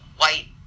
white